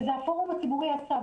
וזה הפורום הציבורי עשה.